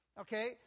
okay